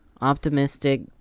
optimistic